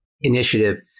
initiative